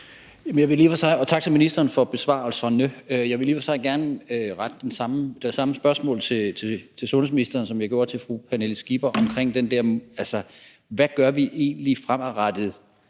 Tak til ministeren for besvarelserne. Jeg vil i og for sig gerne rette det samme spørgsmål til sundhedsministeren, som jeg gjorde til fru Pernille Skipper: Hvad gør vi egentlig fremadrettet